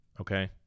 okay